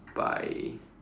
by